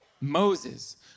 Moses